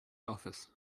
office